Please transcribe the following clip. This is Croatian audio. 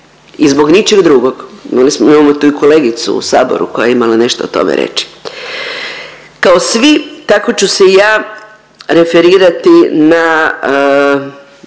i zbog ničeg drugog. Mi imamo tu i kolegicu u saboru koja je imala nešto o tome reći. Kao svi tako ću se i ja referirati na